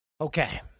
Okay